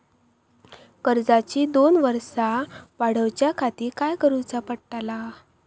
कर्जाची दोन वर्सा वाढवच्याखाती काय करुचा पडताला?